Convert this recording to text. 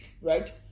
right